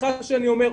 סליחה שאני אומר,